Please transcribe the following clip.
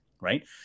right